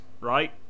right